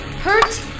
hurt